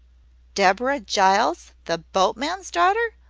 deborah giles! the boatman's daughter!